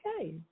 okay